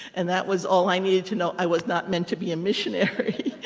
and that was all i needed to know. i was not meant to be a missionary.